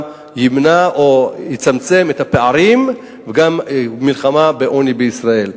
ימנע או יצמצם את הפערים וגם יהווה מלחמה בעוני בישראל.